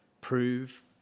prove